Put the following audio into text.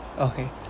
okay